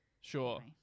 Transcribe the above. Sure